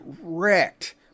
wrecked